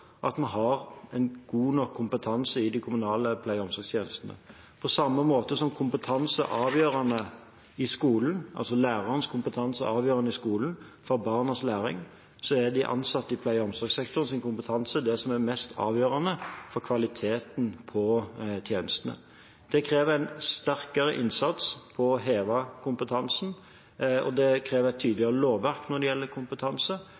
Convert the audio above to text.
at vi har en god nok kompetanse i de kommunale pleie- og omsorgstjenestene. På samme måte som lærernes kompetanse er avgjørende for barnas læring i skolen, er kompetansen til de ansatte i pleie- og omsorgssektoren det som er mest avgjørende for kvaliteten på tjenestene. Det krever en sterkere innsats for å heve kompetansen, og det krever et tydeligere lovverk når det gjelder kompetanse,